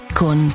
con